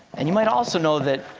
and you might also know that,